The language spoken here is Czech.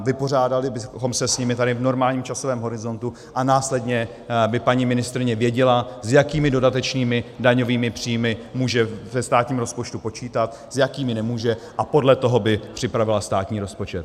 Vypořádali bychom se s nimi tady v normálním časovém horizontu a následně by paní ministryně věděla, s jakými dodatečnými daňovými příjmy může ve státním rozpočtu počítat, s jakými nemůže, a podle toho by připravila státní rozpočet.